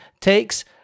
takes